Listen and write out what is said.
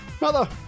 Mother